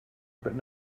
but